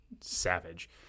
savage